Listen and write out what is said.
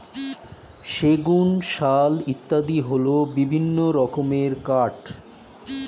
সেগুন, শাল ইত্যাদি হল বিভিন্ন রকমের কাঠ